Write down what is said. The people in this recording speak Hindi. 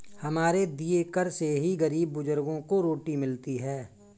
हमारे दिए कर से ही गरीब बुजुर्गों को रोटी मिलती है